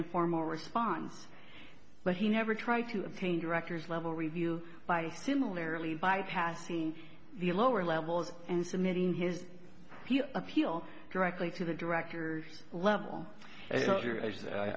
informal response but he never tried to obtain directors level review by similarly bypassing the lower levels and submitting his appeal directly to the directors level